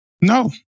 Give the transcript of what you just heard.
No